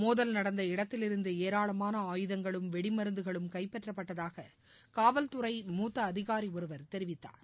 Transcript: மோதல் நடந்த இடத்திலிருந்து ஏராளமான ஆயுதங்களும் வெடி மருந்துகளும் கைப்பற்றப்பட்டதாக காவல்துறை மூத்த அதிகாரி ஒருவர் தெரிவித்தார்